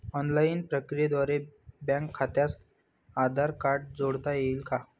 Online प्रक्रियेद्वारे bank खात्यास Aadhaar card जोडता येईल का?